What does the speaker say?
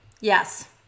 yes